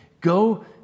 go